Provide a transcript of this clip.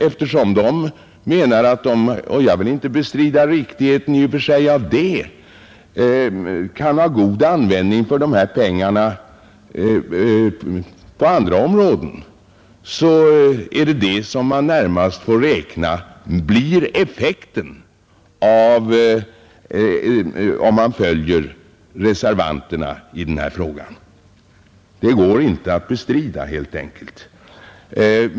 Eftersom de menar — och jag vill inte i och för sig bestrida riktigheten av det — att de kan ha god användning för dessa pengar på andra områden, blir detta den effekt man får räkna med, om man följer reservanternas linje i denna fråga. Det går inte att bestrida helt enkelt.